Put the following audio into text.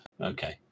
Okay